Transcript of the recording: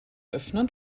öffnen